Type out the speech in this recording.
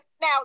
Now